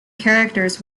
characters